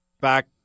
back –